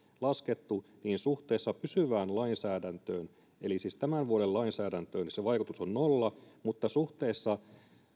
laskettu suhteessa pysyvään lainsäädäntöön eli siis tämän vuoden lainsäädäntöön sen vaikutus on nolla mutta suhteessa